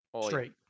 Straight